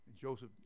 Joseph